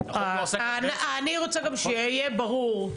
אני רוצה גם שיהיה ברור,